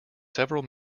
several